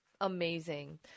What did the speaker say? Amazing